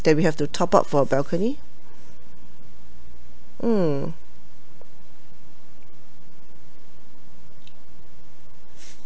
that we have to top up for a balcony mm